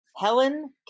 Helen